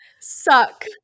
suck